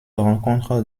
rencontre